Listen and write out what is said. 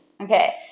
okay